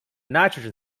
nitrogen